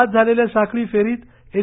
आज झालेल्या साखळी फेरीत एच